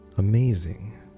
Amazing